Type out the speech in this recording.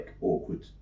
awkward